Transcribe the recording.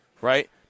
right